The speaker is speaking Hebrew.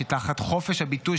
שתחת חופש הביטוי,